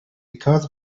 because